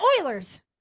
Oilers